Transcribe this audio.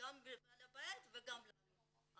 גם לבעל הבית וגם לנו.